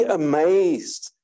amazed